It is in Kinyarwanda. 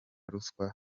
ruswa